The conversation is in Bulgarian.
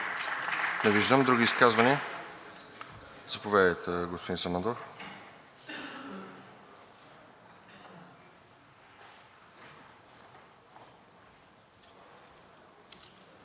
Не виждам. Други изказвания? Заповядайте, господин Самандов.